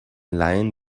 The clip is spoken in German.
laien